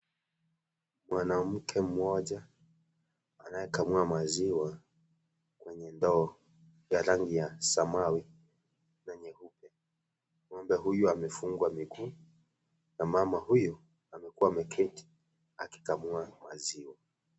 Mwanamke mmoja anayekamua maziwa kwenye ndoo ya rangi ya samawi na nyeupe, ngombe huyu amefungwa miguu na mama huyu amekuwa ameketi akikamua maziwa.